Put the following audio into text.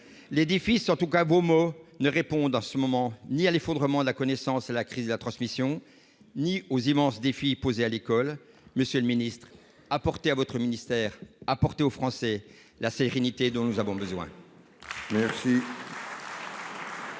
de la République. Vos mots ne répondent ni à l'effondrement des connaissances et à la crise de la transmission ni aux immenses défis posés à l'école. Monsieur le ministre, apportez à votre ministère, apportez aux Français la sérénité dont nous avons tous